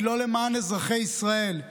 היא לא למען אזרחי ישראל,